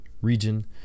region